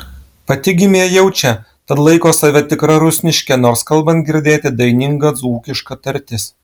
pati gimė jau čia tad laiko save tikra rusniške nors kalbant girdėti daininga dzūkiška tartis